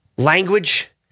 Language